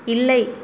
இல்லை